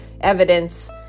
evidence